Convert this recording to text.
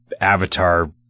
avatar